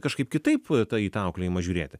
kažkaip kitaip tai į tą auklėjimą žiūrėti